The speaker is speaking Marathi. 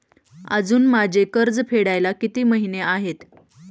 अजुन माझे कर्ज फेडायला किती महिने आहेत?